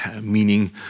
Meaning